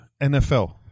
NFL